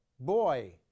boy